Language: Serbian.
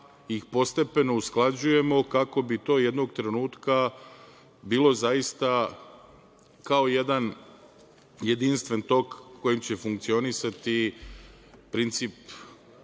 ih postepeno usklađujemo kako bi to jednog trenutka bilo zaista kao jedan jedinstven tok kojim će funkcionisati princip